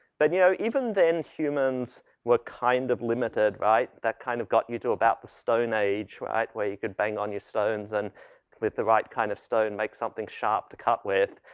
but you know, even then humans were kind of limited, right? that kind of got you to about the stone age right, where you could bang on your stones and with the right kind of stone make something sharp to cut with.